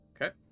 Okay